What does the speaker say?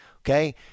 okay